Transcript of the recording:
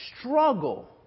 struggle